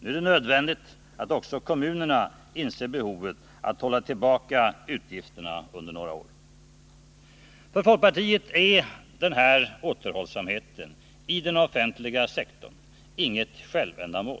Det är nu nödvändigt att också kommunerna inser behovet att hålla tillbaka utgifterna under några år. För folkpartiet är denna återhållsamhet i den offentliga sektorn inte något självändamål.